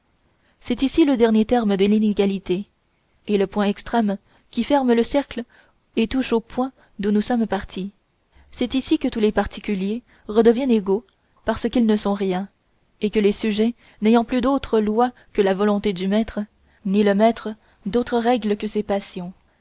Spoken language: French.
c'est ici le dernier terme de l'inégalité et le point extrême qui ferme le cercle et touche au point d'où nous sommes partis c'est ici que tous les particuliers redeviennent égaux parce qu'ils ne sont rien et que les sujets n'ayant plus d'autre loi que la volonté du maître ni le maître d'autre règle que ses passions